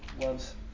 loves